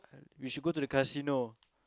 uh we should go to the casino